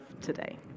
today